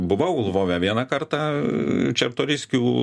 buvau lvove vieną kartą čertoriskių